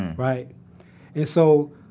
right. and so,